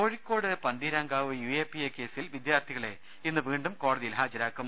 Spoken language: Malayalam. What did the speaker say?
Kozhikode Pantheerankavu U A P A കേസിൽ വിദ്യാർഥികളെ ഇന്ന് വീണ്ടും കോടതിയിൽ ഹാജരാക്കും